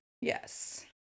yes